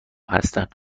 هستند